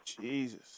Jesus